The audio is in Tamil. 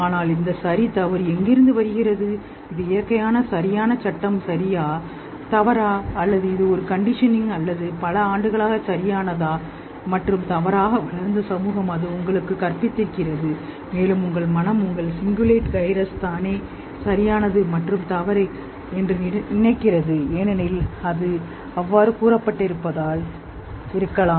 ஆனால் இந்த சரி தவறு எங்கிருந்து வருகிறது இது இயற்கையான சரியான சட்டம் சரியா தவறா அல்லது இது ஒரு கண்டிஷனிங் அல்லது பல ஆண்டுகளாக சரியானது மற்றும் தவறாக வளர்ந்த சமூகம் அது உங்களுக்கு கற்பித்திருக்கிறது மேலும் உங்கள் மனம் உங்கள் சிங்குலேட் கைரஸ் தானே சரியானது மற்றும் தவறு என்று நினைக்கிறது ஏனெனில் அது அவ்வாறு கூறப்பட்டிருப்பதால்இருக்கலாம்